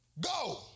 Go